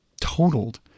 totaled